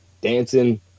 Dancing